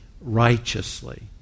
righteously